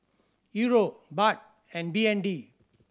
Euro Baht and B N D